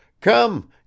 Come